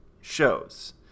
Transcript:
shows